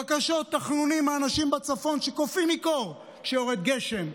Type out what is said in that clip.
בקשות ותחנונים מאנשים בצפון שקופאים מקור כשיורד גשם,